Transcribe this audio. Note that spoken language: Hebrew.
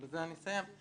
ובזה אני אסיים,